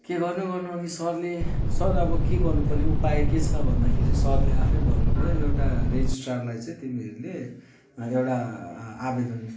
के गर्नु गर्नु अनि सरले सर अब के गर्नु पर्ने उपाय के छ भन्दाखेरि सरले आफै भन्नुभयो एउटा रेजिस्ट्रारलाई चाहिँ तिमीहरूले एउटा आवेदन